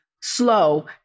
slow